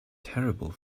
terrible